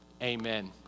Amen